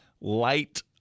light